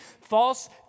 false